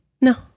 No